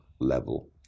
level